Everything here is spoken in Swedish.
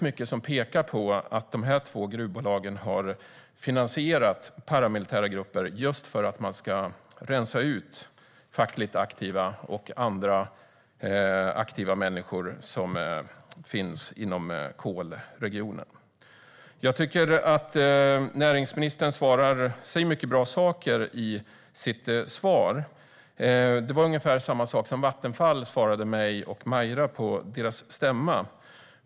Mycket pekar på att dessa två gruvbolag har finansierat paramilitära grupper just för att de ska rensa ut fackligt aktiva och andra aktiva människor i kolregionen. Näringsministern säger mycket bra saker i sitt svar. Han säger ungefär detsamma som Vattenfall sa till mig och Maira på sin stämma.